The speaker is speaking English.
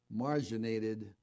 marginated